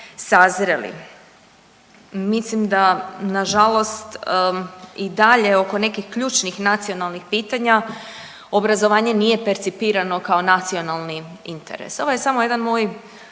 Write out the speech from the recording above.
sazreli. Mislim da nažalost i dalje oko nekih ključnih nacionalnih pitanja obrazovanje nije percipirano kao nacionali interes. Ovo je samo jedan moj